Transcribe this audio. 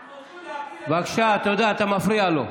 אנחנו הולכים להפיל, בבקשה, אתה מפריע לו.